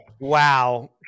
Wow